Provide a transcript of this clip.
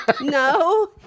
No